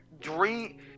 Dream